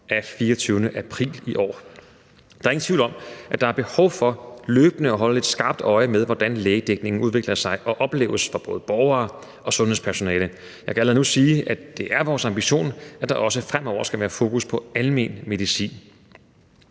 den 24. april i år. Der er ingen tvivl om, at der er behov for løbende at holde skarpt øje med, hvordan lægedækningen udvikler sig og opleves for både borgere og sundhedspersonale. Jeg kan allerede nu sige, at det er vores ambition, at der også fremover skal være fokus på almen medicin.